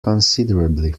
considerably